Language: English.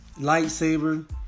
Lightsaber